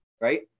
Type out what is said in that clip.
right